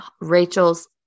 Rachel's